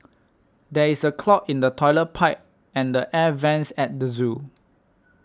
there is a clog in the Toilet Pipe and the Air Vents at the zoo